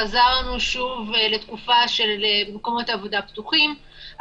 חזרנו שוב לתקופה של מקומות עבודה פתוחים.